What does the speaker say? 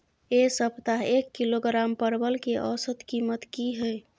ऐ सप्ताह एक किलोग्राम परवल के औसत कीमत कि हय?